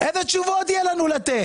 איזה תשובות יהיו לנו לתת?